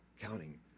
Counting